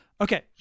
Okay